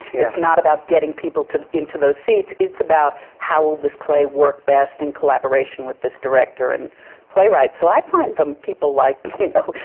it's not about getting people into those seats, it's about how will this play work best, in collaboration with this director and playwright. so i find people like, you know,